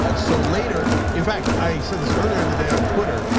ah so later, in fact, i said this earlier in the day on twitter,